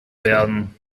werden